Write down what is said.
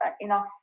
enough